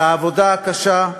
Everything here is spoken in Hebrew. על העבודה הקשה,